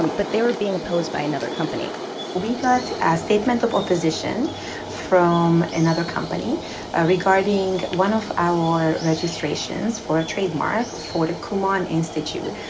um but they were being opposed by another company we got a statement of opposition from another company ah regarding one of our registrations for a trademark for the kumon institute.